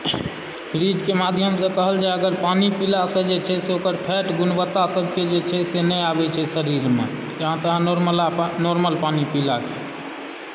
fridge केँ माध्यमसँ अगर कहल जाए पानी पिलासँ जे छै से ओकर फैट गुणवत्ता सब जे छै से नहि आबै छै शरीरमे जहाँ तक नार्मल पानी पीला से